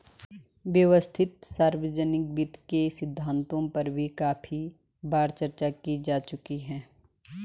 सुव्यवस्थित सार्वजनिक वित्त के सिद्धांतों पर भी काफी बार चर्चा की जा चुकी है